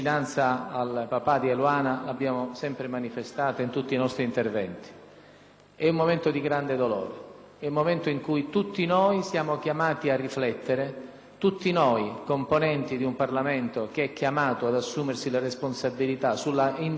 È un momento di grande dolore, è un momento in cui tutti noi siamo chiamati a riflettere. Tutti noi, componenti di un Parlamento che è chiamato ad assumersi le responsabilità sull'individuazione del confine del diritto alla vita e del diritto alla morte,